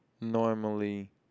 normally